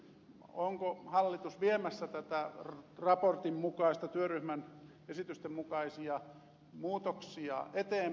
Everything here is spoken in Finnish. onko hallitus viemässä työryhmän raportin esitysten mukaisia muutoksia eteenpäin